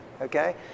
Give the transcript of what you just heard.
Okay